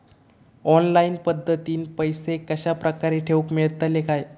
Online पद्धतीन पैसे कश्या प्रकारे ठेऊक मेळतले काय?